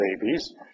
babies